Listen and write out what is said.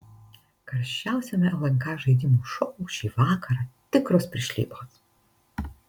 karščiausiame lnk žaidimų šou šį vakarą tikros piršlybos